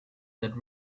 that